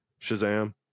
Shazam